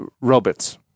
robots